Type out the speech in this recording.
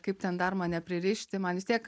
kaip ten dar mane pririšti man vis tiek